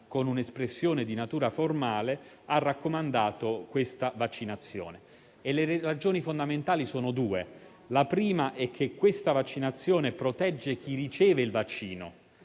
con un'espressione di natura formale, ha raccomandato la vaccinazione. Le ragioni fondamentali sono due: la prima è che la vaccinazione protegge chi riceve il vaccino.